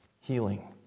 healing